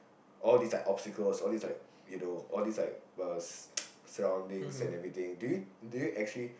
all these like obstacles all these like you know all these like uh surroundings and everything do you do you actually